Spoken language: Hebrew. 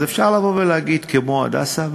אז אפשר לבוא ולהגיד "כמו 'הדסה'",